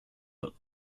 but